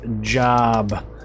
job